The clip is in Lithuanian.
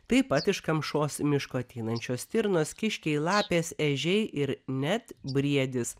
taip pat iš kamšos miško ateinančios stirnos kiškiai lapės ežiai ir net briedis